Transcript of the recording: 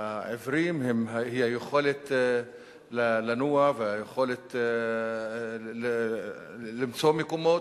העיוורים הן ביכולת לנוע וביכולת למצוא מקומות.